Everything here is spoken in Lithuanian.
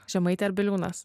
žemaitė ar biliūnas